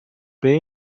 and